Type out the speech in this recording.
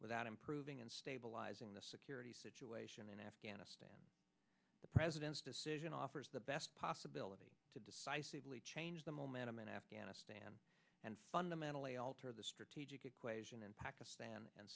without improving and stabilizing the security situation in afghanistan the president's decision offers the best possibility to decisively change the momentum in afghanistan and fundamentally alter the strategic equation in pakistan and